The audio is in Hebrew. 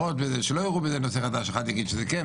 ושלא יראו בזה נושא חדש אחד יגיד שכן,